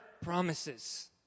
promises